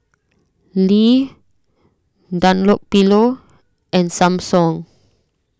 Lee Dunlopillo and Samsung